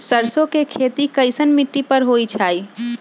सरसों के खेती कैसन मिट्टी पर होई छाई?